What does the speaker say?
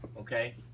Okay